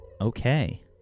Okay